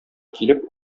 килеп